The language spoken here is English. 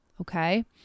Okay